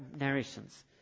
narrations